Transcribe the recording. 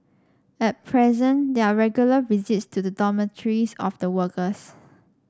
at present there are regular visits to the dormitories of the workers